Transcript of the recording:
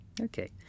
Okay